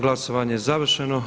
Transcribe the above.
Glasovanje je završeno.